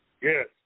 Yes